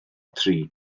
tri